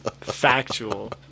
factual